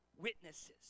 witnesses